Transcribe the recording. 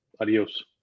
Adios